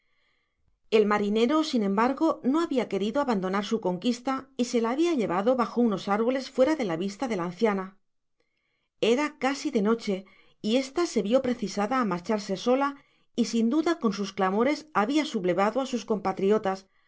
el marinero sin embar go no habia querido abandonar su conquista y se habia llevado bajo unos árboles fuera de la vista de la anciana era casi de noche y esta se vio precisada á marcharse sola y sin duda con sus clamores habia sublevado á sus compatriotas